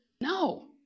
No